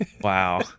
Wow